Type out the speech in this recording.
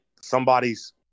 somebody's